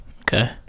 okay